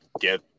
get